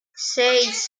seis